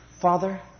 Father